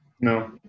No